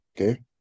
Okay